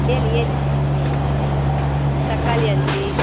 ஏழு ஏழு ம் தக்காளி அஞ்சு